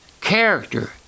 character